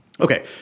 Okay